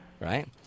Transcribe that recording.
Right